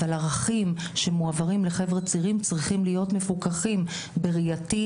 אבל ערכים שמועברים לחבר'ה צעירים צריכים להיות מפוקחים בראייתי,